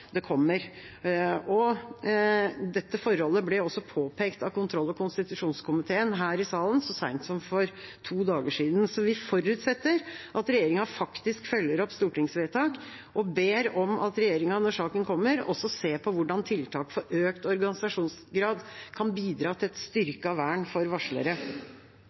det kommer. Dette forholdet ble også påpekt av kontroll- og konstitusjonskomiteen her i salen så sent som for to dager siden. Vi forutsetter at regjeringa faktisk følger opp stortingsvedtak, og ber om at regjeringa når saken kommer, også ser på hvordan tiltak for økt organisasjonsgrad kan bidra til et styrket vern for varslere.